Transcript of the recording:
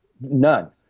None